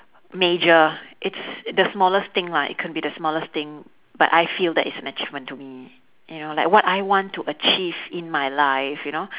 major it's the smallest thing lah it can be the smallest thing but I feel that it's an achievement to me you know like what I want to achieve in my life you know